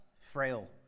frail